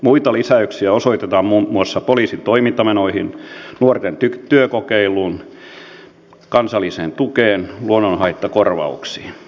muita lisäyksiä osoitetaan muun muassa poliisin toimintamenoihin nuorten työkokeiluun kansalliseen tukeen luonnonhaittakorvauksiin